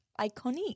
iconic